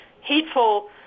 hateful